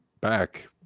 back